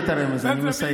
הבנתי את הרמז, אני מסיים.